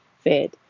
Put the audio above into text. Fed